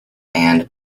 and